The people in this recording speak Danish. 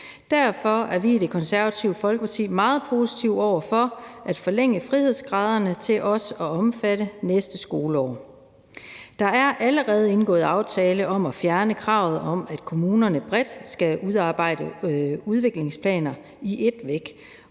Derfor er vi i Det Konservative Folkeparti meget positive over for at forlænge frihedsgraderne til også at omfatte næste skoleår. Der er allerede indgået en aftale om at fjerne kravet om, at kommunerne bredt skal udarbejde udviklingsplaner i et væk,